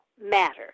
matter